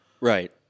Right